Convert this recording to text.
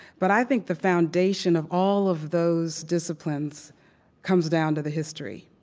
but i think the foundation of all of those disciplines comes down to the history.